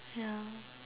ya